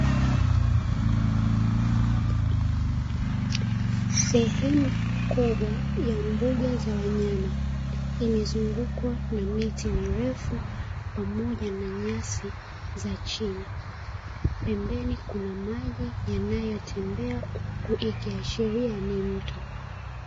Sehemu kubwa ya mbuga za wanyama imezungukwa na miti mirefu pamoja na nyasi za chini, pembeni kuna maji yanayotembea ikiashiria ni mto.